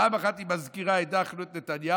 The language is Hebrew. פעם אחת היא מזכירה "הדחנו את נתניהו",